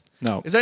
No